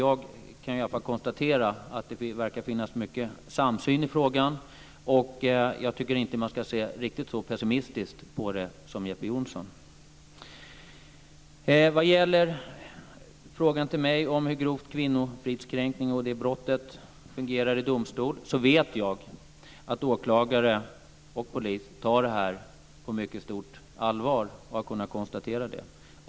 Jag kan i alla fall konstatera att det verkar finnas mycket samsyn i frågan, och jag tycker inte att man ska se riktigt så pessimistiskt på det som Jeppe Johnsson. Vad gäller frågan till mig om hur brottet grov kvinnofridskränkning fungerar i domstol vet jag att åklagare och polis tar det här på mycket stort allvar. Jag har kunnat konstatera det.